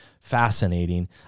Fascinating